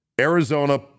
Arizona